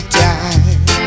time